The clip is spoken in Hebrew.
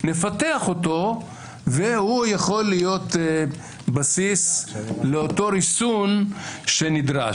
נפתח אותו והוא יכול להיות בסיס לאותו ריסון שנדרש.